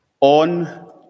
On